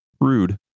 Rude